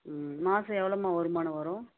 ம் மாதம் எவ்வளோம்மா வருமானம் வரும்